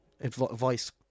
advice